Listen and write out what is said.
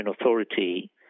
Authority